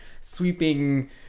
sweeping